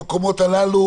ומקומות אחרים,